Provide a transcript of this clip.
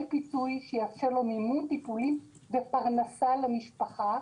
פיצוי שיאפשר לו מימון טיפולים ופרנסה למשפחה.